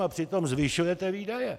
A přitom zvyšujete výdaje!